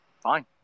fine